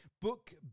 book